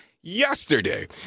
yesterday